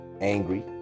angry